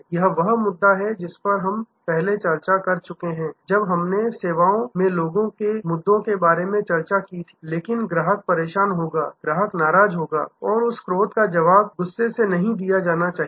यह वह मुद्दा है जिस पर हम पहले चर्चा कर चुके हैं जब हमने सेवाओं में लोगों के मुद्दों के बारे में चर्चा की थी लेकिन ग्राहक परेशान होगा ग्राहक नाराज होगा और उस क्रोध का जवाब गुस्से से नहीं दिया जाना चाहिए